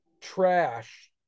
trash